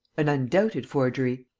an undoubted forgery.